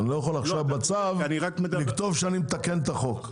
אני לא יכול עכשיו בצו לכתוב שאני מתקן את החוק.